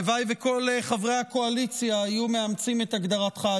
הלוואי שכל חברי הקואליציה היו מאמצים את הגדרתך,